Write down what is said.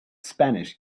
spanish